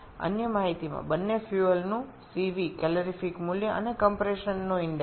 অন্যান্য তথ্যগুলি হল উভয় জ্বালানির CV ক্যালোরিফিক মূল্য এবং সংকোচনের সূচকটি ১৩১ প্রদত্ত